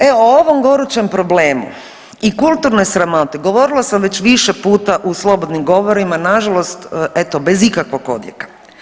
E o ovom gorućem problemu i kulturnoj … govorila sam već više puta u slobodnim govorima, nažalost eto bez ikakvog odjeka.